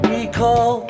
Recall